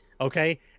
okay